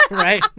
right?